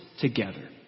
together